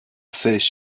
first